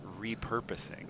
repurposing